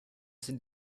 sind